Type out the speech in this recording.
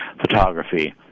photography